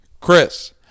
chris